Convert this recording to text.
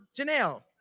Janelle